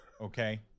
okay